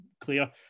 clear